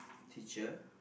teacher